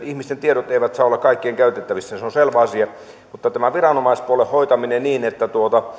ihmisten tiedot eivät saa olla kaikkien käytettävissä ja se on selvä asia mutta tämän viranomaispuolen hoitaminen niin että